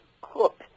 cook